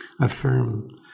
affirm